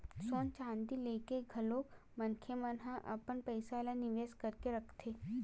सोना चांदी लेके घलो मनखे मन ह अपन पइसा ल निवेस करके रखथे